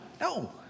no